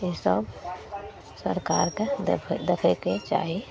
ईसब सरकारके देखै देखैके चाही